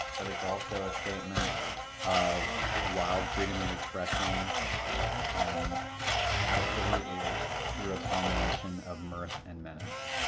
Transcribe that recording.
but it's also a statement of wild freedom of expression and absolutely through a combination of mirth and menace